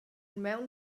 maun